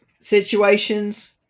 situations